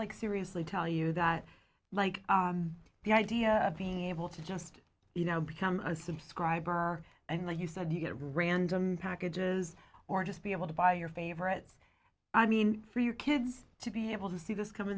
like seriously tell you that like the idea of being able to just you know become a subscriber are and like you said you get random packages or just be able to buy your favorite i mean for your kids to be able to see this com